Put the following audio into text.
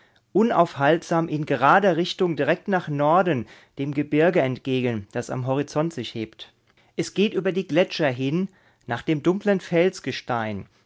unaufhaltsam in gerader richtung direkt nach norden dem gebirge entgegen das am horizont sich hebt es geht über die gletscher hin nach dem dunklen